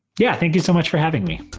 yeah, thank you so much for having me.